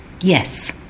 Yes